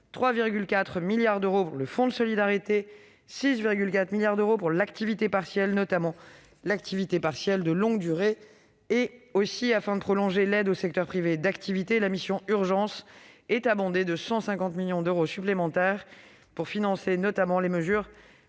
3,4 milliards d'euros pour le fonds de solidarité ; 6,4 milliards d'euros pour l'activité partielle, notamment l'activité partielle de longue durée. En outre, afin de prolonger l'aide aux secteurs privés d'activité, la mission « Plan d'urgence » est abondée de 150 millions d'euros supplémentaires pour financer les mesures